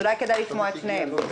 אולי כדאי לשמוע את שניהם.